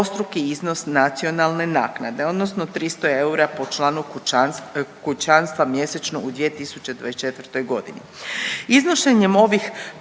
dvostruki iznos nacionalne naknade, odnosno 300 eura po članu kućanstva mjesečno u 2024. godini.